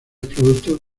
producto